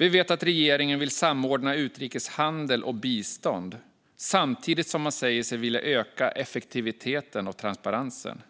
Vi vet att regeringen vill samordna utrikeshandel och bistånd samtidigt som man säger sig vilja öka effektiviteten och transparensen.